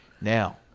Now